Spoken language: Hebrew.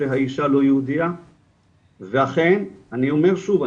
שהאישה לא יהודייה ואכן אני אומר שוב,